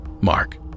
Mark